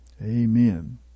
Amen